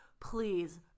please